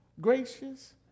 gracious